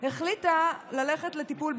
מיכל למיכל אדם.